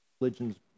religions